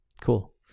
Cool